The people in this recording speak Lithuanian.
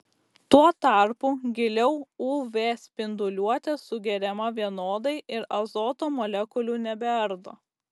tuo tarpu giliau uv spinduliuotė sugeriama vienodai ir azoto molekulių nebeardo